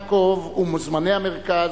מקוב ומוזמני המרכז,